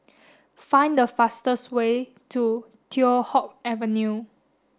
find the fastest way to Teow Hock Avenue